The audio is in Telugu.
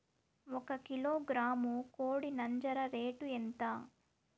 ఒక కిలోగ్రాము కోడి నంజర రేటు ఎంత?